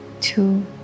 two